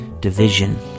division